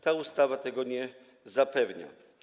Ta ustawa tego nie zapewnia.